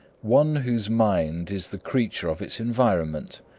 one whose mind is the creature of its environment,